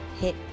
hit